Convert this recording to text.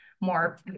more